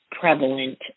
prevalent